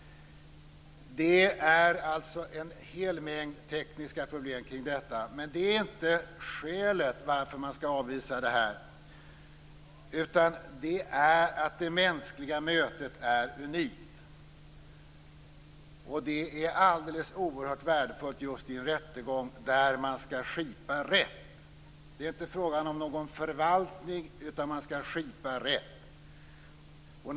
Det är alltså en hel mängd tekniska problem kring detta. Men det är inte skälet till att man skall avvisa det här förslaget, utan det är att det mänskliga mötet är unikt. Det är alldeles oerhört värdefullt just i en rättegång, där man skall skipa rätt. Det är inte fråga om någon förvaltning, utan man skall skipa rätt.